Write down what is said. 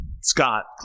Scott